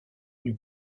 n’eût